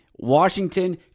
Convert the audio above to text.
Washington